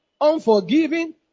unforgiving